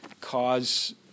cause